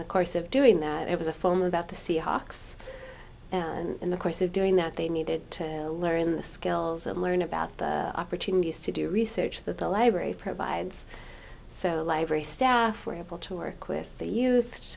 the course of doing that it was a form about the seahawks and in the course of doing that they needed to learn the skills and learn about the opportunities to do research that the library provides so library staff were able to work with the